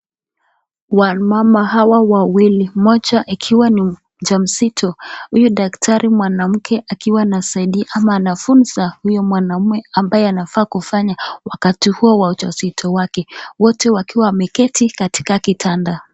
Wamama hawa wawili mmoja akiwa ni mjamzito. Huyu daktari mwanamke akiwa anasaidia ama anafunza huyo mwanaume ambaye anafaa kufanya wakati huo wa ujauzito wake wote wakiwa wameketi katika kitanda.